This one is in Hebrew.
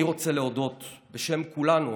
אני רוצה להודות בשם כולנו